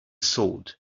sword